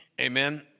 Amen